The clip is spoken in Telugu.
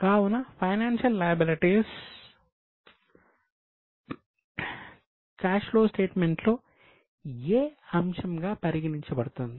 కావున ఫైనాన్సియల్ లయబిలిటీస్లో ఏ అంశంగా పరిగణించబడుతుంది